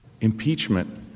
Impeachment